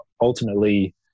ultimately